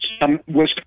Wisconsin